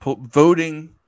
voting